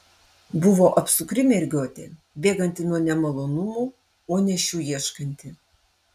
buvo apsukri mergiotė bėganti nuo nemalonumų o ne šių ieškanti